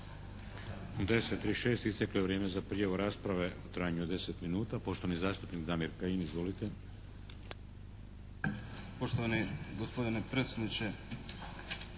10,36 isteklo je vrijeme za prijavu rasprave u trajanju od 10 minuta. Poštovani zastupnik Damir Kajin. Izvolite.